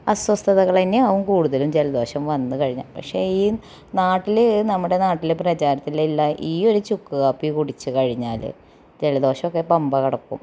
അസ്വസ്ഥകൾ തന്നെയാകും കൂടുതലും ജലദോഷം വന്ന് കഴിഞ്ഞാൽ പക്ഷേ ഈ നാട്ടില് നമ്മുടെ നാട്ടില് പ്രചാരത്തിലുള്ള ഈയൊര് ചുക്ക്കാപ്പി കുടിച്ച് കഴിഞ്ഞാല് ജലദോഷമൊക്കെ പമ്പ കടക്കും